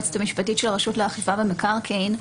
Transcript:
היועצת המשפטית של הרשות לאכיפה במקרקעין.